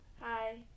Hi